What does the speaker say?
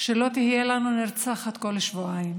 שלא תהיה לנו נרצחת כל שבועיים,